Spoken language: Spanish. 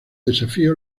desafío